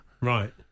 right